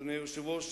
אדוני-היושב-ראש,